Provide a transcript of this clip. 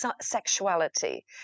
sexuality